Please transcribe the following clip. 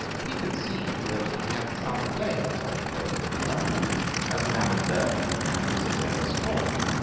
he conceived that he had some claims on the favour of the government as a man of learning and as a zealous tory.